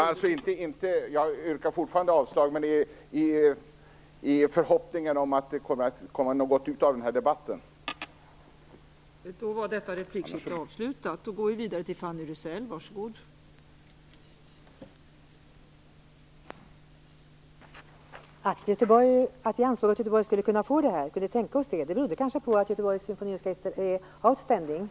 Fru talman! Jag delar Carl-Johan Wilsons uppfattning och hoppas att det kan komma något gott av den här debatten. Men jag yrkar fortfarande avslag.